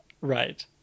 Right